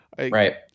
right